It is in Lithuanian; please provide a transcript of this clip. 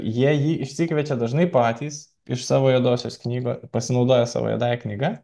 jie jį išsikviečia dažnai patys iš savo juodosios knygos pasinaudoja savo juodąja knyga